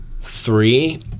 three